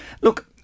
Look